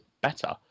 better